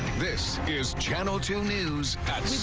this is channel two news at